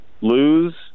lose